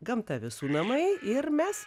gamta visų namai ir mes